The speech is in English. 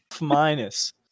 Minus